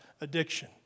addiction